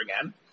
again